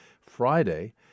Friday